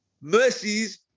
mercies